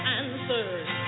answers